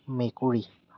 মেকুৰী